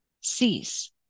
cease